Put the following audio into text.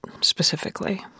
specifically